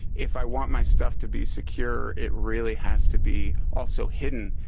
if i want my stuff to be secure, it really has to be also hidden,